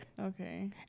Okay